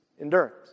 endurance